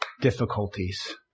difficulties